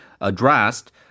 addressed